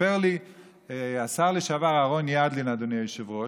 סיפר לי השר לשעבר אהרון ידלין, אדוני היושב-ראש,